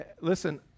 Listen